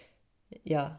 yeah